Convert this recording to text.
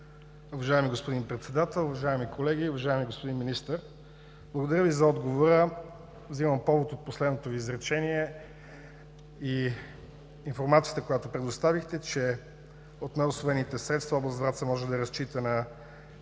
Уважаеми господин Председател, уважаеми колеги, уважаеми господин Министър! Благодаря Ви за отговора. Взимам повод от последното Ви изречение и информацията, която предоставихте, че от неусвоените средства област Враца може да разчита на